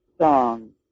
song